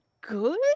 good